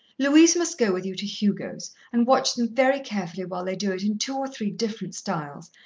louise must go with you to hugo's, and watch them very carefully while they do it in two or three different styles,